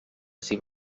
ací